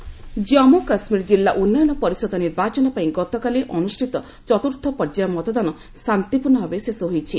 ଡିଡିସିବିଟିସି polls Jammu Kashmir କିଲ୍ଲା ଉନ୍ନୟନ ପରିଷଦ ନିର୍ବାଚନ ପାଇଁ ଗତକାଲି ଅନୁଷ୍ଠିତ ଚତୁର୍ଥ ପର୍ଯ୍ୟାୟ ମତଦାନ ଶାନ୍ତିପୂର୍ଣ୍ଣ ଭାବେ ଶେଷ ହୋଇଛି